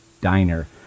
Diner